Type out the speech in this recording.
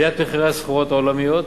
עליית מחירי הסחורות העולמיות,